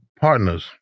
partners